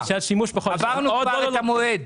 עברנו את המועד.